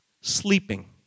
Sleeping